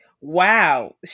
wow